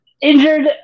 injured